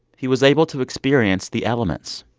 he was able to experience the elements.